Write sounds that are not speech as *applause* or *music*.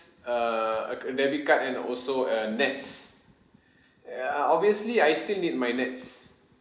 a a cr~ debit card and also uh NETS *breath* uh obviously I still need my NETS